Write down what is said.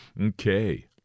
Okay